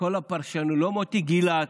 לא כל הפרשנים, לא מוטי גילת.